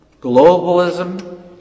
globalism